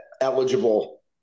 eligible